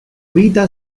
vita